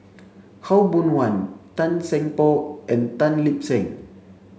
Khaw Boon Wan Tan Seng Poh and Tan Lip Seng